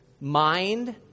mind